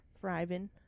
thriving